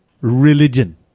religion